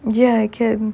ya I can